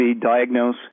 diagnose